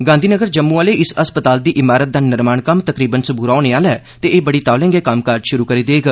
गांधी नगर जम्मू आह्ले इस अस्पताल दी इमारत दा निर्माण कम्म तकरीबन सबूरा होने आह्ला ऐ ते एह् बड़ी तौले गै कम्मकाज शुरु करी देग